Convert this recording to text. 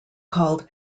called